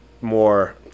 more